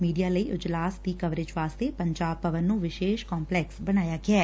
media ਲਈ ਅਜਲਾਸ ਦੀ ਕਵਰੇਜ ਵਾਸਤੇ ਪੰਜਾਬ ਭਵਨ ਨੂੰ ਵਿਸ਼ੇਸ਼ ਕੰਪਲੈਕਸ ਬਣਾਇਆ ਗਿਐ